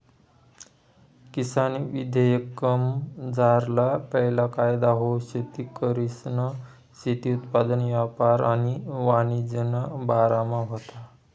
किसान विधेयकमझारला पैला कायदा हाऊ शेतकरीसना शेती उत्पादन यापार आणि वाणिज्यना बारामा व्हता